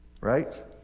right